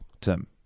Tim